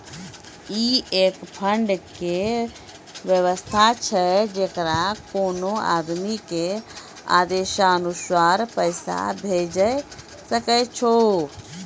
ई एक फंड के वयवस्था छै जैकरा कोनो आदमी के आदेशानुसार पैसा भेजै सकै छौ छै?